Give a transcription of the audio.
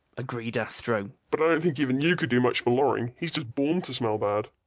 agreed astro, but i don't think even you could do much for loring. he's just born to smell bad!